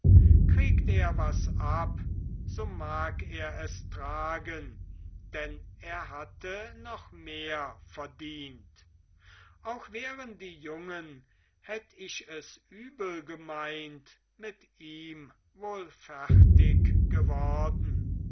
kriegt er was ab so mag er es tragen denn er hatte noch mehr verdient auch wären die jungen hätt ich es übel gemeint mit ihm wohl fertig geworden